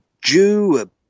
jew